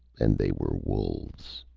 and they were wolves.